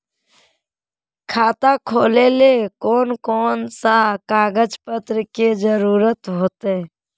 खाता खोलेले कौन कौन सा कागज पत्र की जरूरत होते?